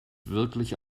wirklich